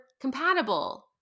compatible